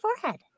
forehead